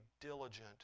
diligent